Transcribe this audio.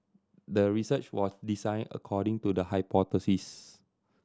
the research was designed according to the hypothesis